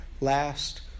last